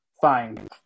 Fine